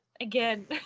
again